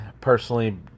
personally